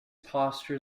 posture